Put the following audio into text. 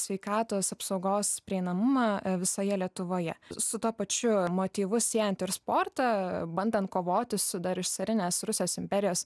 sveikatos apsaugos prieinamumą visoje lietuvoje su tuo pačiu motyvu siejant ir sportą bandant kovoti su dar iš carinės rusijos imperijos